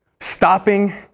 Stopping